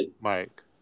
Mike